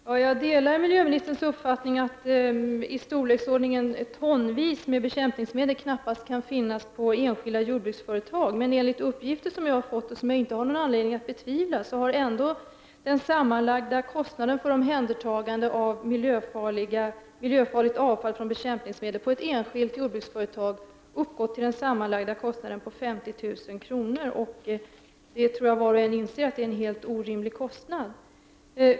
Herr talman! Jag delar miljöministerns uppfattning att tonvis med bekämpningsmedel knappast kan finnas på ett enskilt jordbruksföretag. Men enligt uppgifter som jag har fått, och som jag inte har någon anledning att betvivla, har ändå den sammanlagda kostnaden för omhändertagande av miljöfarligt avfall från bekämpningsmedel på ett enskilt jordbruksföretag uppgått till en sammanlagd kostnad på 50 000 kr. Jag tror att var och en inser att detta är en helt orimlig kostnad.